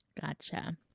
Gotcha